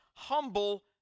humble